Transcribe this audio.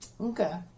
Okay